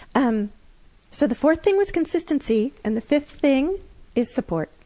um so the fourth thing was consistency, and the fifth thing is support.